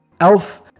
elf